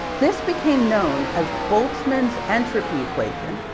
this became known as bolzmann's entropy equation.